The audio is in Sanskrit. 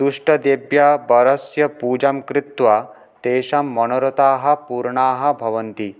तुष्टदेव्या परस्य पूजां कृत्वा तेषां मनोरथाः पूर्णाः भवन्ति